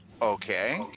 Okay